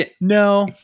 No